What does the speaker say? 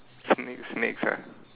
snake snakes ah